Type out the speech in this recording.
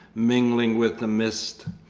mingling with the mist.